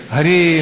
Hare